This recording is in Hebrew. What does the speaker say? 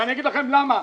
ואני אגיד לכם למה,